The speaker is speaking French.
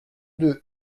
deux